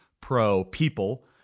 pro-people